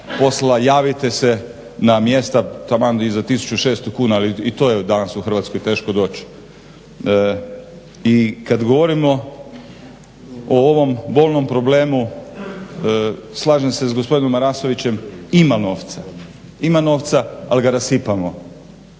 poslala javite se na mjesta taman i za 1600 kuna i to je danas u Hrvatskoj teško doć. I kad govorimo o ovom bolnom problemu slažem se s gospodinom Marasovićem ima novca. Ima novca al ga rasipamo